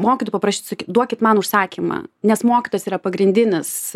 mokytojų paprašyt sakyt duokit man užsakymą nes mokytojas yra pagrindinis